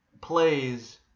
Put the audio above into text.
plays